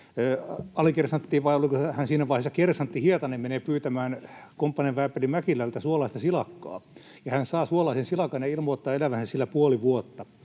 kersantti, Hietanen menee pyytämään komppanian vääpeli Mäkilältä suolaista silakkaa, ja hän saa suolaisen silakan ja ilmoittaa elävänsä sillä puoli vuotta.